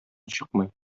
чыкмый